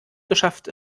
geschafft